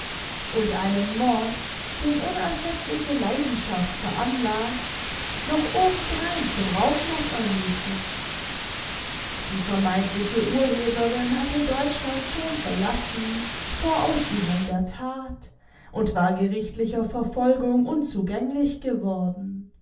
und einen mord den unersättliche leidenschaft veranlaßt noch obend'rein zum raubmord erniedrigt die vermeintliche urheberin hatte deutschland schon verlassen vor ausübung der that und war gerichtlicher verfolgung unzugänglich geworden